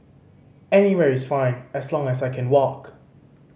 anywhere is fine as long as I can walk